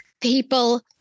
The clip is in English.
people